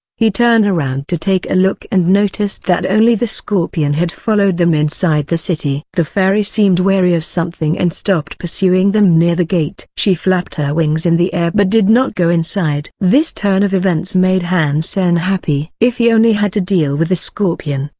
he turned around to take a look and noticed that only the scorpion had followed them inside the city. the fairy seemed wary of something and stopped pursuing them near the gate. she flapped her wings in the air but did not go inside. this turn of events made han sen happy. if he only had to deal with the scorpion,